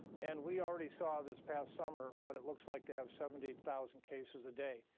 and we already saw this past summer what it looks like to have seventy thousand cases a day.